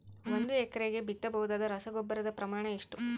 ಒಂದು ಎಕರೆಗೆ ಬಿತ್ತಬಹುದಾದ ರಸಗೊಬ್ಬರದ ಪ್ರಮಾಣ ಎಷ್ಟು?